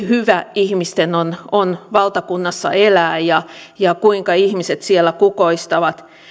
hyvä ihmisten on on valtakunnassa elää ja ja kuinka ihmiset siellä kukoistavat